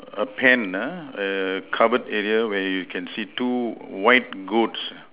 a pen uh a covered area where you can see two white goats